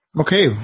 Okay